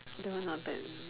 the one not bad